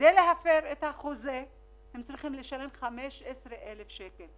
כדי להפר את החוזה הם צריכים לשלם 15,000 שקל.